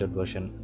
version